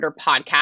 Podcast